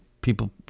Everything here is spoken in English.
people